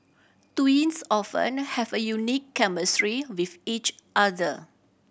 twins often have a unique chemistry with each other